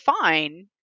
fine